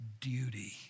duty